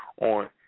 on